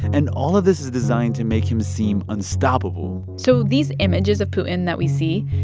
and all of this is designed to make him seem unstoppable so these images of putin that we see,